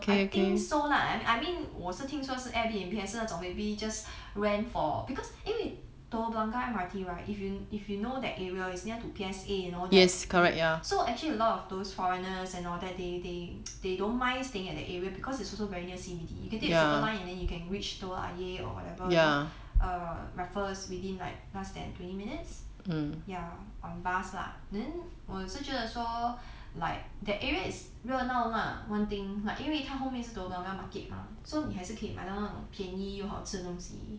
I think so lah I I mean 我是听说是 airbnb 还是那种 maybe just rent for because 因为 telok blangah M_R_T right if you if you know that area is near to P_S_A and all that so actually a lot of those foreigners and all that they they they don't mind staying at the area because it's also very near C_B_D you can take circle line and then you can reach telok ayer or whatever you know err raffles within like less than twenty minutes ya on bus lah then 我是觉的说 like that area is 热闹 lah one thing like 因为它后面是 telok blangah market mah so 你还是可以买到便宜又好吃的东西